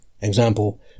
example